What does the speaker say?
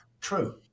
true